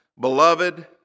Beloved